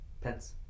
Pence